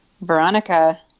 Veronica